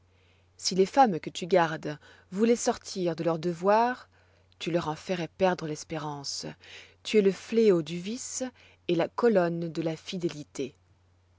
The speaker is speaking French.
si les femmes que tu gardes vouloient sortir de leur devoir tu leur en ferois perdre l'espérance tu es le fléau du vice et la colonne de la fidélité